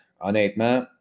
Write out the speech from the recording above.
Honnêtement